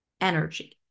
energy